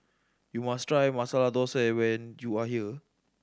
you must try Masala Dosa when you are here